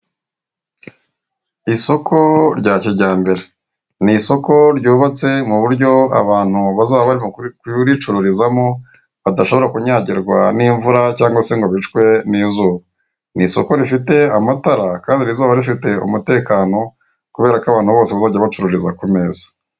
Isoko rya kijyambere. Ni isoko ryubatse mu buryo abantu bazaba barimo kuricururizamo badashobora kunyagirwa n'imvura cyangwa se ngo bicwe n'izuba. Ni isoko rifite amatara kandi rizaba rifite umutekano kubera ko abantu bose bazajya bacururiza ku meza.